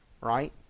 right